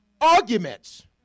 arguments